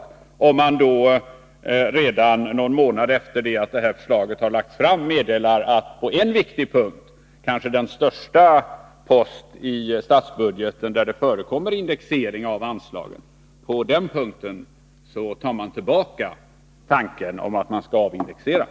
Då kan man inte redan någon månad efter det att det här förslaget har lagts fram meddela att man på en viktig punkt, kanske den största post i statsbudgeten där det förekommer indexering av anslagen, tar tillbaka tanken på avindexering.